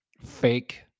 fake